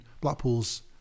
blackpool's